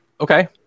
Okay